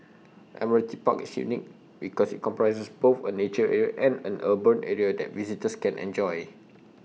Admiralty Park is unique because IT comprises both A nature area and an urban area that visitors can enjoy